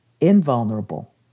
invulnerable